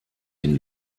den